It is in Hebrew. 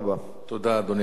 תודה, אדוני השר.